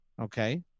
Okay